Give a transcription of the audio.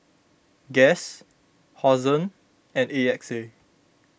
Guess Hosen and A X A